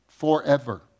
forever